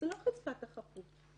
זה לא חזקת החפות,